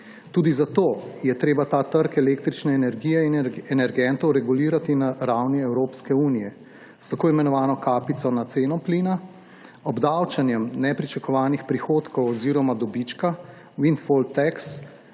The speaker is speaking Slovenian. Tudi zato je treba ta trg električne energije in energentov regulirati na ravni Evropske unije s tako imenovano kapico na ceno plina, obdavčenjem nepričakovanih prihodkov oziroma dobička windfall tax,